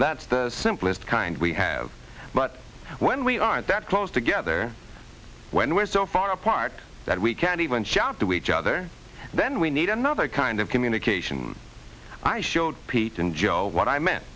communication that's the simplest kind we have but when we aren't that close together when we're so far apart that we can't even shout to each other then we need another kind of communication i showed pete and joe what i meant